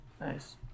nice